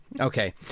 okay